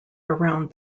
around